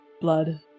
blood